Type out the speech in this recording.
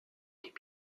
temps